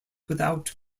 without